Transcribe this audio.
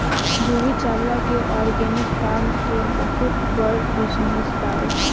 जूही चावला के organic farm के बहुते बड़ बिजनस बावे